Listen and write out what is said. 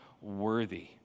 worthy